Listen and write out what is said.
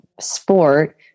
sport